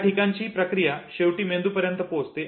या ठिकाणची प्रक्रिया शेवटी मेंदूपर्यंत पोहचते